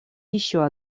еще